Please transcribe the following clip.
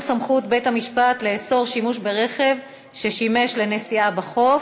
סמכות בית-המשפט לאסור שימוש ברכב ששימש לנסיעה בחוף),